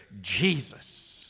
Jesus